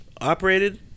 Operated